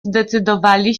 zdecydowali